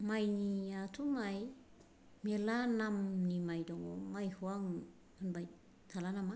माइनियाथ' माइ मेल्ला नामनि माइ दं माइखौ आं होनबाय थाला नामा